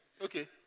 Okay